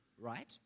Right